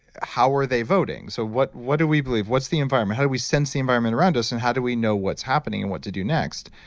how are they voting? so what what do we believe? what's the environment? how do we sense the environment around us and how do we know what's happening and what to do next?